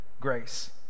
grace